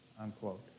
unquote